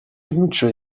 imico